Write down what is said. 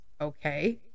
Okay